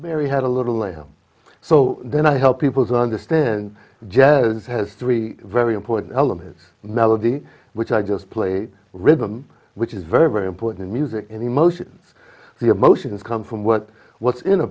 mary had a little lamb so then i help people to understand jazz has three very important elements melody which i just played rhythm which is very very important in music and emotions the emotions come from what what's in a